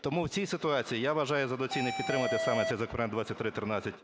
Тому в цій ситуації я вважаю за доцільне підтримати саме цей законопроект